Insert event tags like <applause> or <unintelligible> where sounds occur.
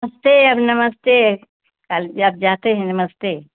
नमस्ते अब नमस्ते <unintelligible> आब जाते हैं नमस्ते